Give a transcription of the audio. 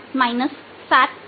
यह इसका उत्तर है